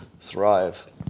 thrive